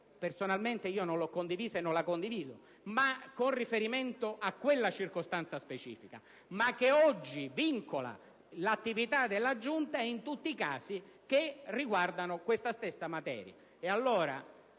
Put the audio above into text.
personalmente non l'ho condivisa e non la condivido tuttora - con riferimento a quella circostanza specifica, ma oggi vincola l'attività della Giunta in tutti i casi riguardanti la stessa materia.